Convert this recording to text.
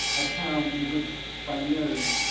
a town bewitched by mirrors,